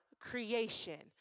creation